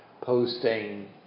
posting